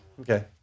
Okay